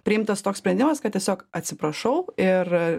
priimtas toks sprendimas kad tiesiog atsiprašau ir